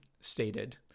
Stated